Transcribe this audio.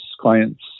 clients